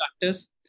practice